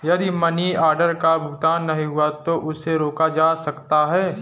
यदि money order का भुगतान नहीं हुआ है तो उसे रोका जा सकता है